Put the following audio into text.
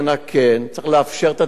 צריך לאפשר את הדברים האלה,